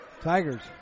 Tigers